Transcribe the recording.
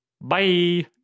bye